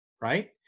Right